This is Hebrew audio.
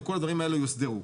וכל הדברים האלה יוסדרו.